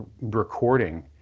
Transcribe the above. recording